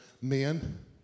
men